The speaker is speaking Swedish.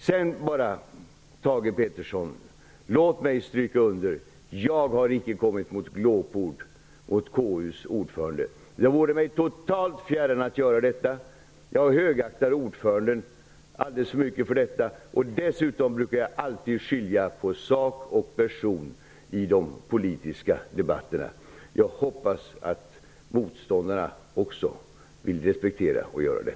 Låt mig sedan, Thage G Peterson, bara stryka under att jag icke kommit med glåpord mot KU:s ordförande. Det vore mig totalt fjärran att göra detta. Jag högaktar ordföranden alldeles för mycket för det, och dessutom brukar jag alltid skilja på sak och person i de politiska debatterna. Jag hoppas att motståndarna också vill göra det.